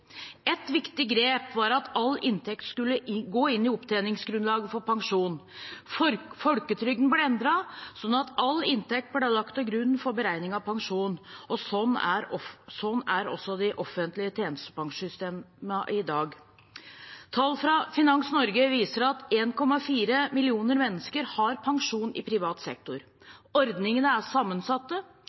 viktig grep var at all inntekt skulle gå inn i opptjeningsgrunnlaget for pensjon. Folketrygden ble endret, sånn at all inntekt ble lagt til grunn for beregning av pensjon. Sånn er også de offentlige tjenestepensjonssystemene i dag. Tall fra Finans Norge viser at 1,4 millioner mennesker har pensjon i privat sektor. Ordningene er sammensatte.